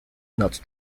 not